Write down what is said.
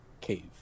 cave